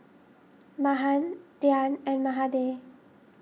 Mahan Dhyan and Mahade